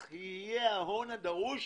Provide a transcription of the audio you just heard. שלחברת הביטוח יהיה ההון הדרוש